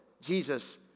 Jesus